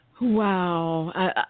Wow